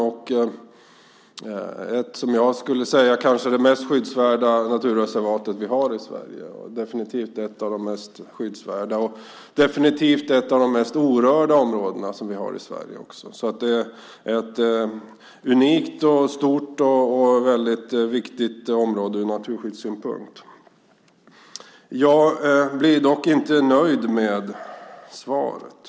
Jag skulle säga att det är kanske det mest skyddsvärda naturreservat vi har i Sverige. Det är också definitivt ett av de mest orörda områden som vi har. Det är unikt, stort och ur naturskyddssynpunkt väldigt viktigt. Jag är inte nöjd med svaret.